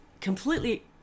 Completely